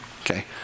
okay